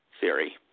Theory